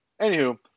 Anywho